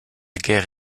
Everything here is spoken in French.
guerre